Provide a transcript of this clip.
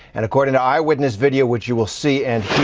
and according to eyewitness video, which you will see and